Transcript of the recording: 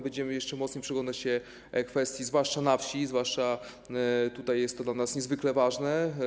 Będziemy jeszcze uważniej przyglądać się tej kwestii, zwłaszcza na wsi, bo zwłaszcza tutaj jest to dla nas niezwykle ważne.